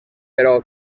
però